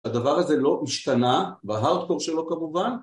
הדבר הזה לא השתנה, בהארטקור שלו כמובן